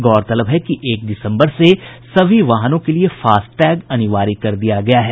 गौरतलब है कि एक दिसम्बर से सभी वाहनों के लिए फास्ट टैग अनिवार्य कर दिया गया है